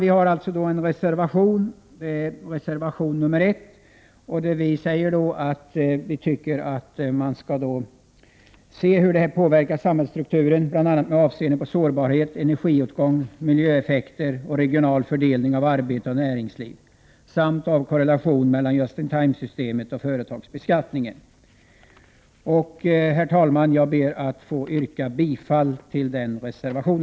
Vi säger alltså i reservation nr 1 att det bör utredas hur en tillämpning av Just-in-Time-system påverkar samhällsstrukturen, bl.a. med avseende på sårbarhet, energiåtgång, miljöeffekter och regional fördelning av arbete och näringsliv samt av korrelationen mellan Just-in-Time-system och företagsbeskattning. Herr talman! Jag ber att få yrka bifall till denna reservation.